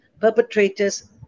perpetrators